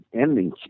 ending